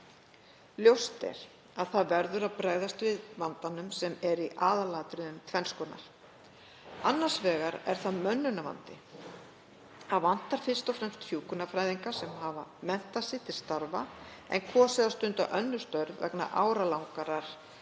Ljóst er að það verður að bregðast við vandanum sem er í aðalatriðum tvenns konar. Annars vegar er það mönnunarvandi. Það vantar fyrst og fremst hjúkrunarfræðinga sem hafa menntað sig til starfa en kosið að stunda önnur störf vegna áralangrar